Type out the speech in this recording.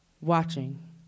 watching